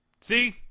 See